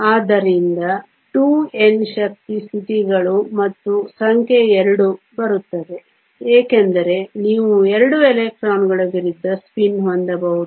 ಆದ್ದರಿಂದ 2xN ಶಕ್ತಿ ಸ್ಥಿತಿಗಳು ಮತ್ತು ಸಂಖ್ಯೆ 2 ಬರುತ್ತದೆ ಏಕೆಂದರೆ ನೀವು 2 ಎಲೆಕ್ಟ್ರಾನ್ಗಳ ವಿರುದ್ಧ ಸ್ಪಿನ್ ಹೊಂದಬಹುದು